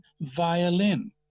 violin